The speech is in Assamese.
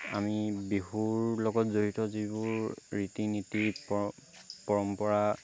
আমি বিহুৰ লগত জড়িত যিবোৰ ৰীতি নীতি পৰ পৰম্পৰা